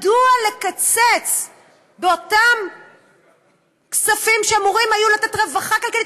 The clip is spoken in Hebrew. מדוע לקצץ באותם כספים שאמורים היו לתת רווחה כלכלית?